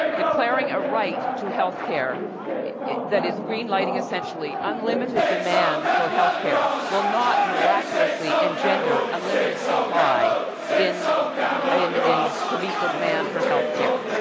declaring a right to healthcare that is greenlighting essentially unlimited demand for healthcare will not miraculously engender unlimited supply in in to meet the demand for healthcare.